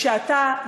כשאתה,